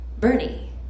Bernie